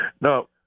no